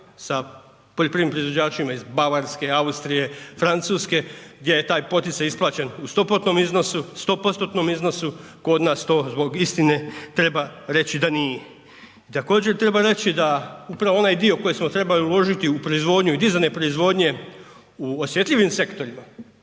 proizvođačima iz Bavarske, Austrije, Francuske, gdje je taj poticaj isplaćen u 100%-tnom iznosu, 100%-tnom iznosu, kod nas to zbog istine treba reći da nije. Također treba reći da upravo onaj dio koji smo trebali uložiti u proizvodnju i dizanje proizvodnje u osjetljivim sektorima